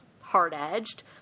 hard-edged